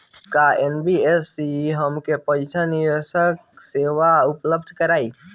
का एन.बी.एफ.सी हमके पईसा निवेश के सेवा उपलब्ध कराई?